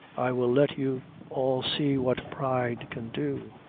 i will let you all see what pride can do.